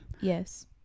Yes